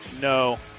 No